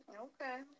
Okay